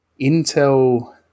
intel